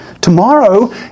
Tomorrow